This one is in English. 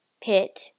pit